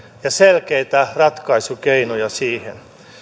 ja selkeitä ratkaisukeinoja siihen